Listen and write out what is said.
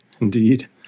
indeed